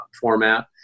format